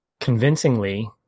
convincingly